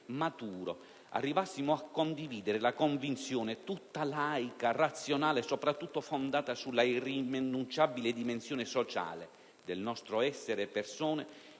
arrivassimo a condividere la convinzione, tutta laica, razionale e soprattutto fondata sull'irrinunciabile dimensione sociale del nostro essere persone,